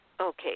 Okay